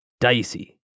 dicey